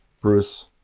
Bruce